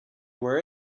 where